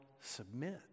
submit